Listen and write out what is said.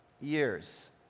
years